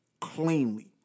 cleanly